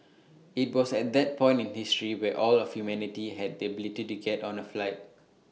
IT was at that point in history where all of humanity had the ability to get on A flight